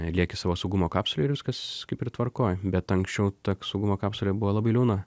lieki savo saugumo kapsulėj ir viskas kaip ir tvarkoj bet anksčiau tag saugumo kapsulė buvo labai liūna